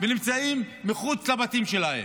ונמצאים מחוץ לבתים שלהם.